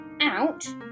Out